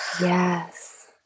Yes